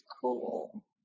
cool